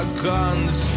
guns